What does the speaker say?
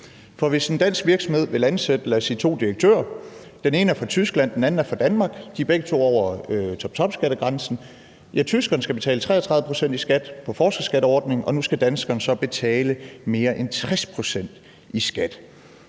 For hvis en dansk virksomhed vil ansætte to direktører – den ene er fra Tyskland, den anden er fra Danmark – og begge to er over toptopskattegrænsen, så skal tyskeren betale 33 pct. i skat på forskerskatteordningen, og nu skal danskeren så betale mere end 60 pct. i skat.